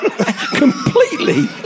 completely